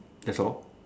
that's all